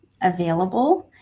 available